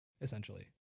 essentially